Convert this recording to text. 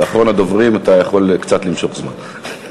אחרון הדוברים, אתה יכול קצת למשוך את הזמן.